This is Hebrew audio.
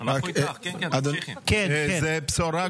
אדוני היושב-ראש,